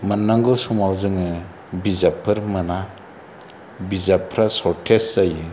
मोननांगौ समाव जोङो बिजाबफोर मोना बिजाबफ्रा सरटेज जायो